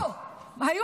תודה רבה.